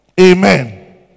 Amen